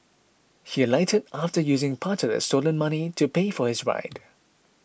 he alighted after using part of the stolen money to pay for his ride